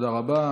תודה רבה.